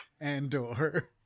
Andor